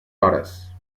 hores